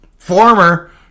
Former